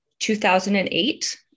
2008